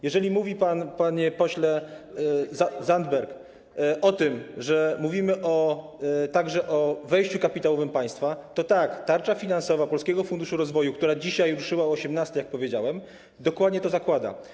Jeżeli stwierdził pan, panie pośle Zandberg, że mówimy także o wejściu kapitałowym państwa, to tak, tarcza finansowa Polskiego Funduszu Rozwoju, która dzisiaj ruszyła o godz. 18, jak powiedziałem, dokładnie to zakłada.